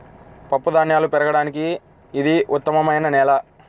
పప్పుధాన్యాలు పెరగడానికి ఇది ఉత్తమమైన నేల